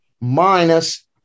minus